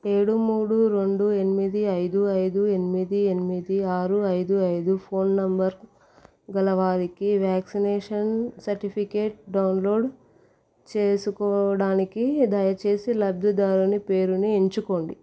ఏడు మూడు రెండు ఎనిమిది ఐదు ఐదు ఎనిమిది ఎనిమిది ఆరు ఐదు ఐదు ఫోన్ నంబర్ గలవారికి వ్యాక్సినేషన్ సర్టిఫికేట్ డౌన్లోడ్ చేసుకోడానికి దయచేసి లబ్ధిదారుని పేరుని ఎంచుకోండి